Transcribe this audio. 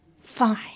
Fine